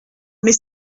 mais